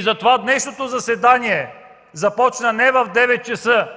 Затова днешното заседание започна не в 9,00